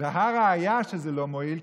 וזו הראיה שזה לא מועיל,